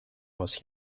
was